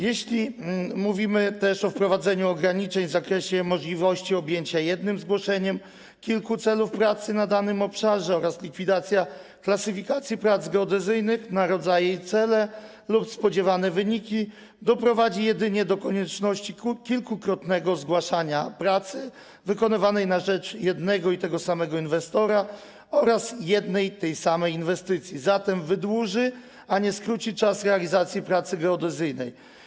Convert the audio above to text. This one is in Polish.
Jeśli mówimy o wprowadzeniu ograniczeń w zakresie możliwości objęcia jednym zgłoszeniem kilku celów pracy na danym obszarze oraz likwidacji klasyfikacji prac geodezyjnych na rodzaje i cele lub spodziewane wyniki, to doprowadzi to jedynie do konieczności kilkukrotnego zgłaszania pracy wykonywanej na rzecz jednego i tego samego inwestora oraz jednej i tej samej inwestycji, zatem wydłuży, a nie skróci czas realizacji pracy geodezyjnej.